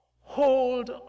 Hold